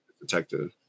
detective